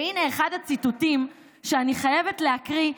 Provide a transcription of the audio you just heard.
והינה אחד הציטוטים שאני חייבת להקריא,